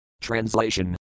Translation